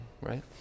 right